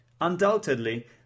Undoubtedly